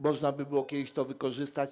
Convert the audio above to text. Można by było kiedyś to wykorzystać.